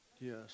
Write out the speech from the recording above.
Yes